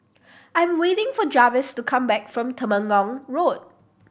I'm waiting for Jarvis to come back from Temenggong Road